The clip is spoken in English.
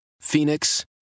Phoenix